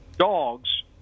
dogs